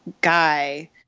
guy